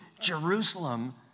Jerusalem